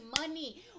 money